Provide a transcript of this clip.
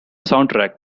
soundtrack